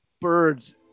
birds